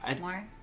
more